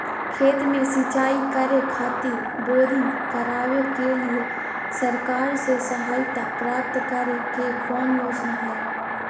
खेत में सिंचाई करे खातिर बोरिंग करावे के लिए सरकार से सहायता प्राप्त करें के कौन योजना हय?